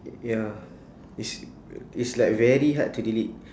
ya it's it's like very hard to delete